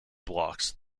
blocks